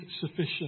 sufficient